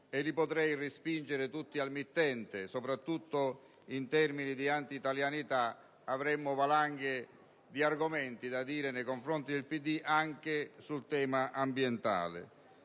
e li potrei respingere tutti al mittente; soprattutto in termini di anti italianità avremmo valanghe di argomenti da illustrare nei confronti del PD, come anche sul tema ambientale.